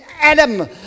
Adam